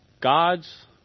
God's